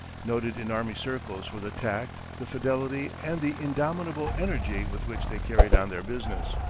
noted in army circles for the tact, the fidelity, and the indomitable energy with which they carried on their business.